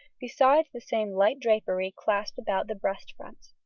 besides the same light drapery clasped about the breast front.